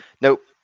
Nope